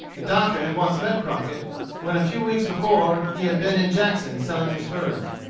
the doctor had once met crockett when a few weeks before he had been in jackson selling his furs.